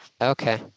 Okay